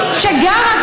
שגרה,